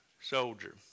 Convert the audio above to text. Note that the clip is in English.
soldier